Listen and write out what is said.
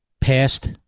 past